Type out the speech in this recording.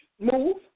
move